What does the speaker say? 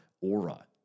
aura